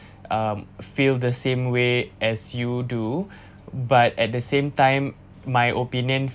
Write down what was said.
um feel the same way as you do but at the same time my opinion